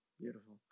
Beautiful